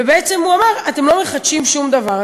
ובעצם הוא אמר: אתם לא מחדשים שום דבר.